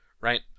right